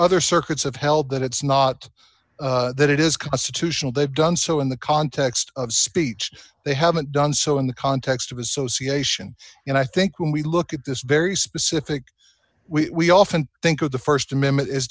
other circuits have held that it's not that it is constitutional they've done so in the context of speech they haven't done so in the context of association and i think when we look at this very specific we often think of the st amendment as